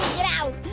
get out!